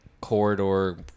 corridor